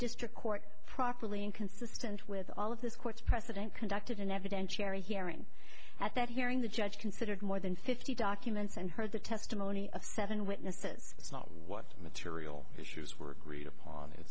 district court properly inconsistent with all of this court's precedent conducted an evidentiary hearing at that hearing the judge considered more than fifty documents and heard the testimony of seven witnesses it's not what material issues were agreed upon